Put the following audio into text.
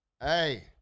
hey